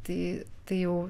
tai tai jau